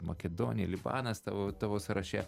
makedonija libanas tavo tavo sąraše